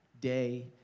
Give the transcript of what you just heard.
day